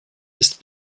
ist